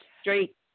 straight